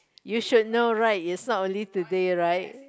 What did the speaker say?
you should know right is not only today right